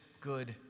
good